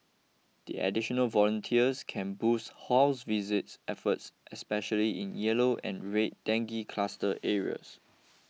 the additional volunteers can boost house visits efforts especially in yellow and red dengue cluster areas